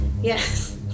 Yes